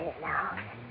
now